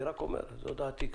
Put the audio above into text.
אני רק אומר את דעתי.